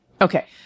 Okay